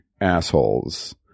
assholes